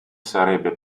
sarebbe